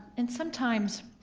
and sometimes